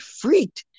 freaked